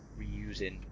reusing